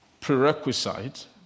prerequisite